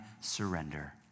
surrender